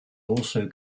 also